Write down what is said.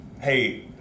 hey